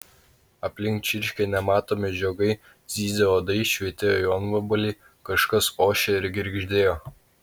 aplink čirškė nematomi žiogai zyzė uodai švytėjo jonvabaliai kažkas ošė ir girgždėjo